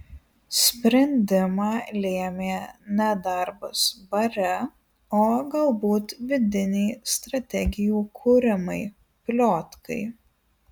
sprendimą lėmė ne darbas bare o galbūt vidiniai strategijų kūrimai pliotkai